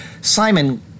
Simon